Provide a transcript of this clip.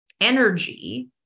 energy